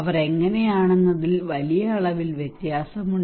അവർ എങ്ങനെയാണെന്നതിൽ വലിയ അളവിൽ വ്യത്യാസമുണ്ട്